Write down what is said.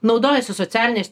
naudojasi socialiniais